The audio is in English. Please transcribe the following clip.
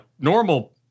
normal